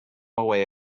away